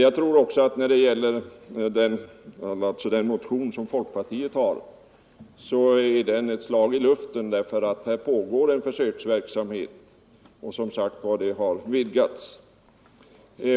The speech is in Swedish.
Folkpartiets motion om försöksverksamhet är ett slag i luften. Här pågår redan en försöksverksamhet, och den har vidgats.